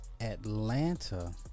Atlanta